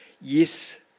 yes